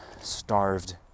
starved